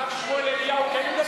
הרב שמואל אליהו כן יודע איך פותחים?